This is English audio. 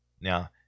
Now